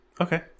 Okay